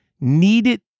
needed